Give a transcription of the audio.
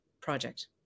project